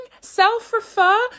Self-refer